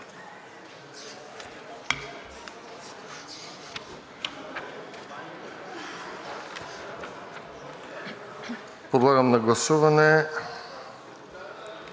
Подлагам на гласуване